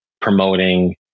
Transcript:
promoting